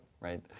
Right